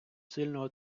сильного